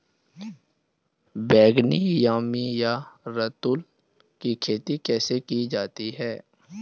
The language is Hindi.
बैगनी यामी या रतालू की खेती कैसे की जाती है?